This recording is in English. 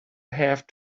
have